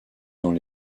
dans